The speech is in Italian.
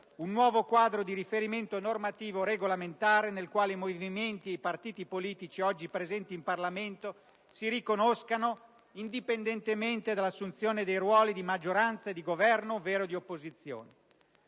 un nuovo quadro di riferimento normativo regolamentare nel quale i movimenti e i partiti politici oggi presenti in Parlamento si riconoscano, indipendentemente dall'assunzione di ruoli di maggioranza e di Governo ovvero di opposizione.